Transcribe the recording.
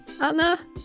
Anna